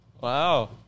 Wow